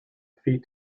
fee